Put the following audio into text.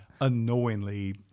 unknowingly